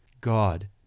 God